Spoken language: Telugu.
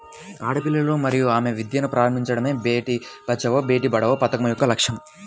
ఆడపిల్లలను మరియు ఆమె విద్యను ప్రారంభించడమే బేటీ బచావో బేటి పడావో పథకం యొక్క లక్ష్యం